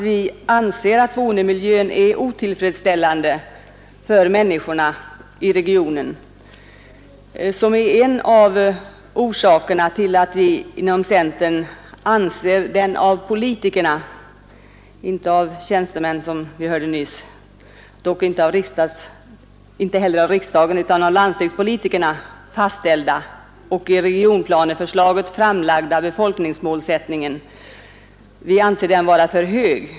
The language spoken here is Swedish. Vi anser att boendemiljön är otillfredsställande för människorna i regionen. Det är en av orsakerna till att vi inom centern betraktar den av landstingspolitikerna fastställda och i regionplaneförslaget framlagda befolkningsmålsättningen vara för hög.